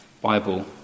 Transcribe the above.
Bible